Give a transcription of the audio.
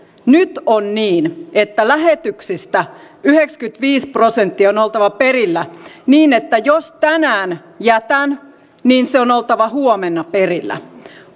nyt on niin että lähetyksistä yhdeksänkymmentäviisi prosenttia on oltava perillä niin että jos tänään jätän sen on oltava huomenna perillä